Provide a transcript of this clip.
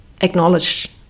acknowledge